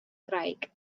graig